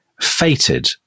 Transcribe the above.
fated